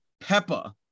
Peppa